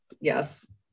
yes